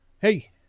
Hey